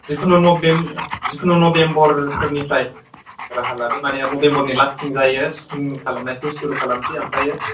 जेखुनु नबेम जेखुनु नभेम्बरफोरनिफ्राय राहा लादो माने नभेम्बरनि लास्टथिंजायो सुटिं खालामनायखौ सुरु खालामनिसै ओमफ्रायो